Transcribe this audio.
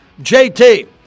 JT